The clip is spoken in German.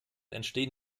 entstehen